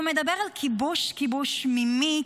הוא מדבר על כיבוש, כיבוש ממי?